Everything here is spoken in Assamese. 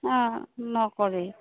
অঁ নকৰে